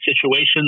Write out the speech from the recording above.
situations